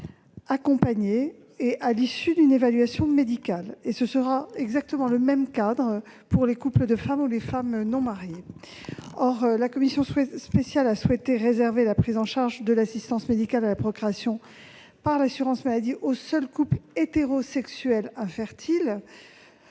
accompagné et à l'issue d'une évaluation médicale. Le cadre sera exactement le même pour les couples de femmes et les femmes non mariées. La commission spéciale a souhaité réserver la prise en charge de l'assistance médicale à la procréation par l'assurance maladie aux seuls couples hétérosexuels infertiles.